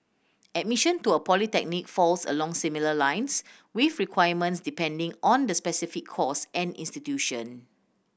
admission to a polytechnic falls along similar lines with requirements depending on the specific course and institution